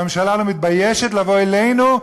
והממשלה לא מתביישת לבוא אלינו,